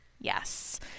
Yes